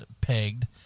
Pegged